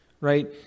right